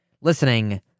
listening